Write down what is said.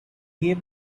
gave